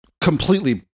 completely